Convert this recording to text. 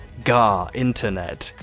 gar internet,